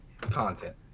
content